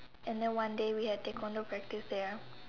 and then one day we had Taekwondo practice there